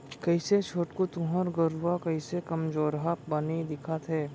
कइसे छोटकू तुँहर गरूवा कइसे कमजोरहा बानी दिखत हे